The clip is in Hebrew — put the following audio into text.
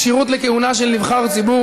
כשירות לכהונה של נבחר ציבור,